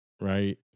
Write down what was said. right